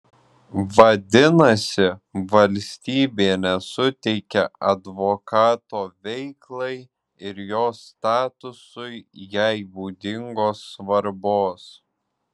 vadinasi valstybė nesuteikia advokato veiklai ir jo statusui jai būdingos svarbos